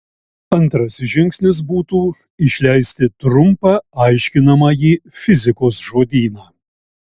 antrasis žingsnis būtų išleisti trumpą aiškinamąjį fizikos žodyną